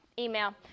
email